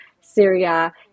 Syria